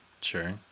sure